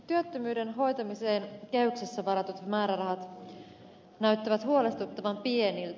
työttömyyden hoitamiseen kehyksessä varatut määrärahat näyttävät huolestuttavan pieniltä